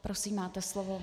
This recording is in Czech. Prosím máte slovo.